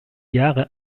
jahre